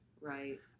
Right